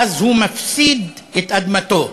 ואז הוא מפסיד את אדמתו.